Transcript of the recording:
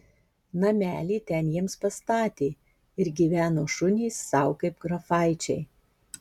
namelį ten jiems pastatė ir gyveno šunys sau kaip grafaičiai